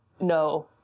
no